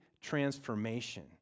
transformation